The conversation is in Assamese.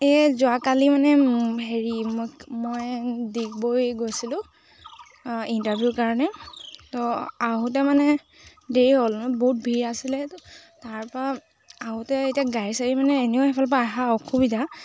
এই যোৱাকালি মানে হেৰি মই মই দিগবৈ গৈছিলোঁ ইণ্টাৰভিউ কাৰণে তো আহোতে মানে দেৰি হ'লে বহুত ভিৰ আছিলে তো তাৰপা আহোঁতে এতিয়া গাড়ী চাৰী মানে এনেও সেইফালৰ পৰা আহা অসুবিধা